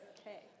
Okay